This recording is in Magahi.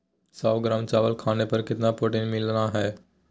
सौ ग्राम चावल खाने पर कितना प्रोटीन मिलना हैय?